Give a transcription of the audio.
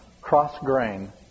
cross-grain